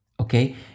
okay